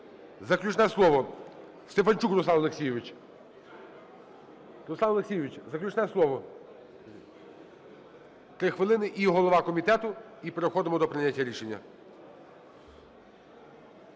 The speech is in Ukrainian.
Заключне слово – Стефанчук Руслан Олексійович. Руслан Олексійович, заключне слово, 3 хвилини. І голова комітету, і переходимо до прийняття рішення.